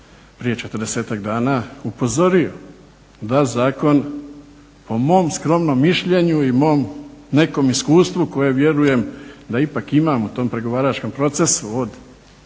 prije 40 dana upozorio da zakon po mom skromnom mišljenju i mom nekom iskustvu koje vjerujem da ipak imam u tom pregovaračkom procesu od